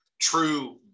true